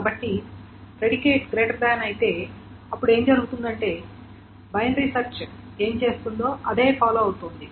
కాబట్టి predicate greater than అయితే అప్పుడు ఏమి జరుగుతుందంటే బైనరీ సెర్చ్ ఏమి చేస్తుందో అదే ఫాలో అవుతోంది